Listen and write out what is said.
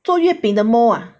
做月饼 the mold